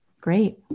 Great